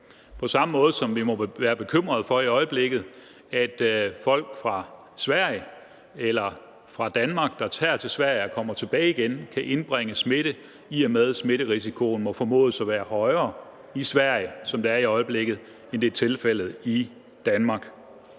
Sverige, der kommer til Danmark, eller folk fra Danmark, der tager til Sverige og kommer tilbage igen, kan medbringe smitte, i og med smitterisikoen må formodes at være højere i Sverige, som det er i øjeblikket, end det er tilfældet i Danmark.